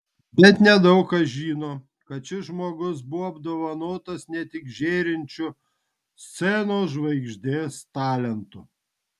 bet nedaug kas žino kad šis žmogus buvo apdovanotas ne tik žėrinčiu scenos žvaigždės talentu